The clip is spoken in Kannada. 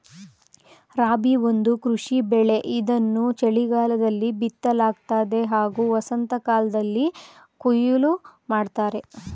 ರಾಬಿ ಒಂದು ಕೃಷಿ ಬೆಳೆ ಇದನ್ನು ಚಳಿಗಾಲದಲ್ಲಿ ಬಿತ್ತಲಾಗ್ತದೆ ಹಾಗೂ ವಸಂತಕಾಲ್ದಲ್ಲಿ ಕೊಯ್ಲು ಮಾಡ್ತರೆ